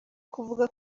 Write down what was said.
kuvuga